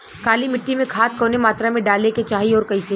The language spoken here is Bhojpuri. काली मिट्टी में खाद कवने मात्रा में डाले के चाही अउर कइसे?